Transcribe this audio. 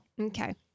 Okay